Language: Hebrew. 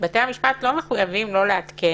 בתי המשפט לא מחויבים, לא לעדכן